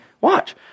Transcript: Watch